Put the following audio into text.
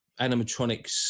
animatronics